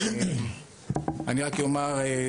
אני רק יאמר,